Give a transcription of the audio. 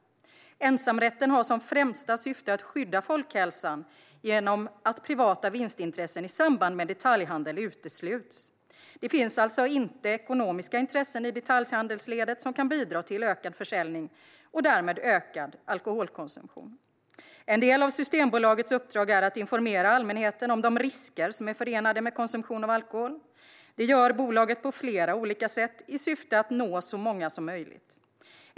Ensamrätten har som främsta syfte att skydda folkhälsan genom att privata vinstintressen i samband med detaljhandel utesluts. Det finns alltså inte ekonomiska intressen i detaljhandelsledet som kan bidra till ökad försäljning och därmed ökad alkoholkonsumtion. En del av Systembolagets uppdrag är att informera allmänheten om de risker som är förenade med konsumtion av alkohol. Det gör bolaget på flera olika sätt i syfte att nå så många som möjligt.